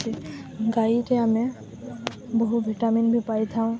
ଗାଈରେ ଆମେ ବହୁ vitamin B ପାଇଥାଉ